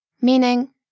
meaning